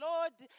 Lord